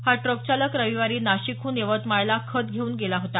हा ट्रक चालक रविवारी नाशिकहून यवतमाळला खत घेऊन गेला होता